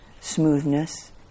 smoothness